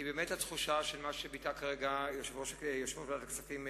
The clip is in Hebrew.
זה באמת התחושה של מה שביטא כרגע יושב-ראש ועדת הכספים,